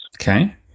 Okay